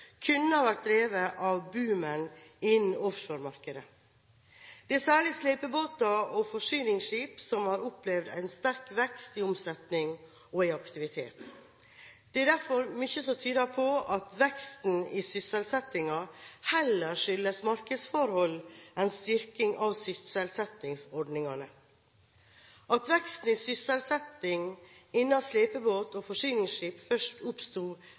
vært drevet av boomen innen offshoremarkedet. Det er særlig slepebåter og forsyningsskip som har opplevd en sterk vekst i omsetning og aktivitet. Det er derfor mye som tyder på at veksten i sysselsettingen heller skyldes markedsforhold enn styrking av sysselsettingsordningene. At veksten i sysselsetting innen slepebåter og forsyningsskip først oppsto